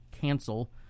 cancel